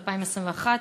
2021,